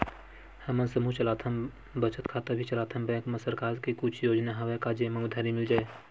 हमन समूह चलाथन बचत खाता भी चलाथन बैंक मा सरकार के कुछ योजना हवय का जेमा उधारी मिल जाय?